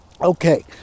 okay